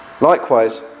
Likewise